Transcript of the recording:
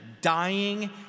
Dying